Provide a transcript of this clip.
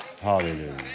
Hallelujah